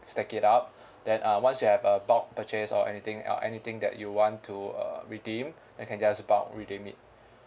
stack it up then uh once you have a bulk purchase or anything or anything that you want to uh redeem then can just bulk redeem it